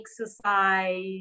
exercise